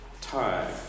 time